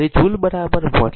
તેથી joule watt second